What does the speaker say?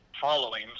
Following –